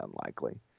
unlikely